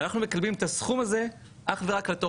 ואנחנו מקבלים את הסכום הזה אך ורק בתור